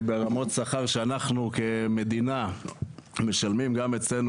ברמות שכר שאנחנו כמדינה משלמים גם אצלנו,